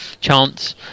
chance